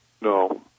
No